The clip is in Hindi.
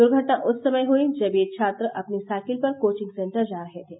दुर्घटना उस समय हुई जब ये छात्र अपनी साइकिल पर कोचिंग सेंटर जा रहे थे